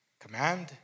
command